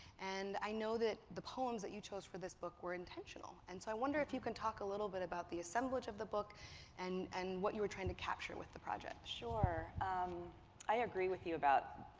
and i know that the poems that you chose for this book were intentional. and so i wonder if you can talk a little bit about the assemblage of the book and and what you were trying to capture with the project. tracy um i agree with you about,